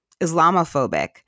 Islamophobic